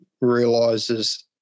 realises